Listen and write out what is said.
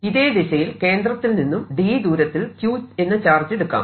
ഇതേ ദിശയിൽ കേന്ദ്രത്തിൽ നിന്നും d ദൂരത്തിൽ q എന്ന ചാർജ് എടുക്കാം